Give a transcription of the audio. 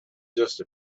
just